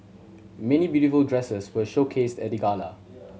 many beautiful dresses were showcased at the gala